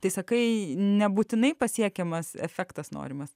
tai sakai nebūtinai pasiekiamas efektas norimas